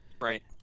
Right